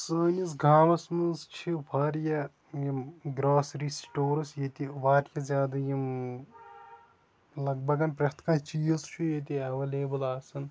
سٲنِس گامَس منٛز چھِ واریاہ یِم گراسری سٹورٕز ییٚتہِ واریاہ زیادٕ یِم لَگ بَگَن پرٛٮ۪تھ کانٛہہ چیٖز چھُ ییٚتی ایویلیبٕل آسان